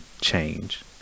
change